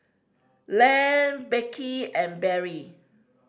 Lan Beckie and Berry